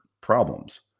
problems